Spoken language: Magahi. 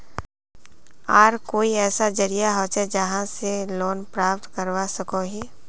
आर कोई ऐसा जरिया होचे जहा से लोन प्राप्त करवा सकोहो ही?